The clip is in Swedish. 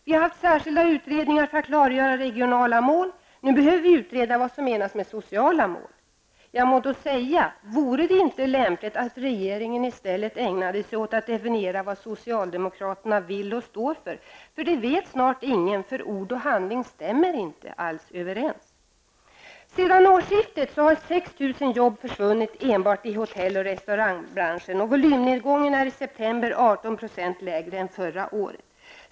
Vi har haft särskilda utredningar för att klargöra regionala mål. Nu behöver vi utreda vad som menas med sociala mål. Jag må då säga: Vore det inte lämpligt att regeringen i stället ägnade sig åt att definiera vad socialdemokraterna vill och står för? Det vet snart ingen -- ord och handling stämmer inte alls överens. Sedan årsskiftet har 6 000 jobb försvunnit enbart i hotell och restaurangbranschen; volymen är i september 18 % lägre än förra året.